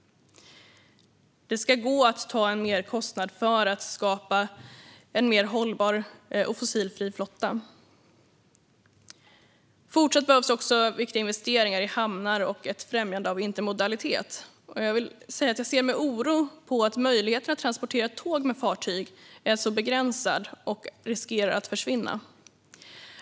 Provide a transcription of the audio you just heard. Det ska gå att ta en merkostnad för att skapa en mer hållbar och fossilfri flotta. Fortsatt behövs också viktiga investeringar i hamnar och ett främjande av intermodalitet. Jag ser med oro på att möjligheten att transportera tåg med fartyg är så begränsad och riskerar att försvinna.